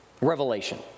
Revelation